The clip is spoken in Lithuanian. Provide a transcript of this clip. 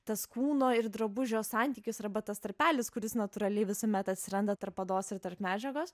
tas kūno ir drabužio santykis arba tas tarpelis kuris natūraliai visuomet atsiranda tarp odos ir tarp medžiagos